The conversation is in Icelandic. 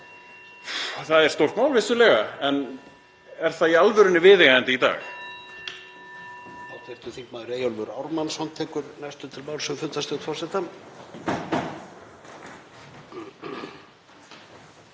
Það er stórt mál, vissulega, en er það í alvörunni viðeigandi í dag?